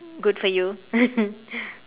good for you